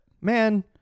man